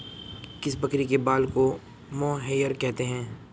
किस बकरी के बाल को मोहेयर कहते हैं?